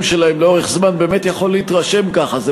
שלהן לאורך זמן באמת יכול להתרשם ככה.